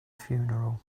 funeral